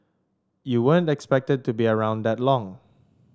you weren't expected to be around that long